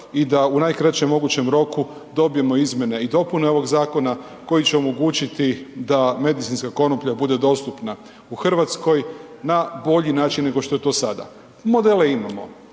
i da u najkraćem mogućem roku dobijemo izmjene i dopune ovog zakona koji će omogućiti da medicinska konoplja bude dostupna u Hrvatskoj na bolji način nego što je to sada. Modele imamo,